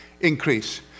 increase